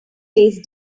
tastes